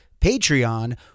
Patreon